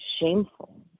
shameful